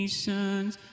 sons